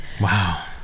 Wow